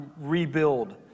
rebuild